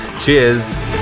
cheers